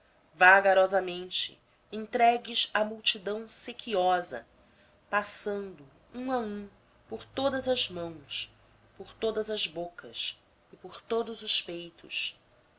vagarosamente entregues à multidão sequiosa passando um a um por todas as mãos por todas as bocas e por todos os peitos